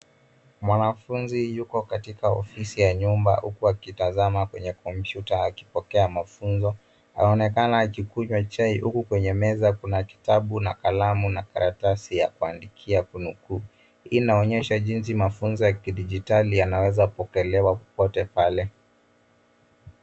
Mwanafunzi yuko katika ofisi ya nyumba huku akitazama kwenye komputa akipokea mafunzo. Anaonekana akikunywa chai huku kwenye meza kuna kitabu na kalamu na karatasi ya kuandikia au kunukuu. Hii inaonyesha jinsi mafunzo ya kidijitali yanaweza pokelewa popote pale.